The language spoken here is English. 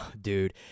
dude